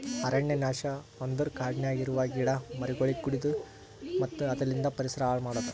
ಅರಣ್ಯ ನಾಶ ಅಂದುರ್ ಕಾಡನ್ಯಾಗ ಇರವು ಗಿಡ ಮರಗೊಳಿಗ್ ಕಡಿದು ಮತ್ತ ಅಲಿಂದ್ ಪರಿಸರ ಹಾಳ್ ಮಾಡದು